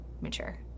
mature